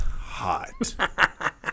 hot